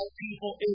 people